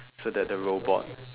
so that the robot